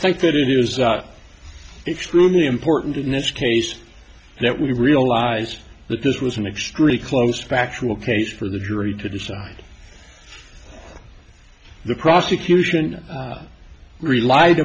think that it is extruding important in this case that we realized that this was an extremely close factual case for the jury to decide the prosecution relied